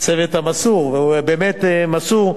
הצוות המסור, והוא באמת מסור.